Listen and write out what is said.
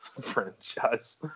franchise